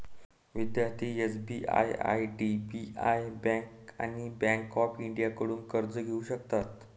विद्यार्थी SBI IDBI bank आणि bank of इंडियाकडून कर्ज घेऊ शकतात